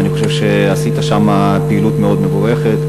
ואני חושב שעשית שם פעילות מאוד מבורכת.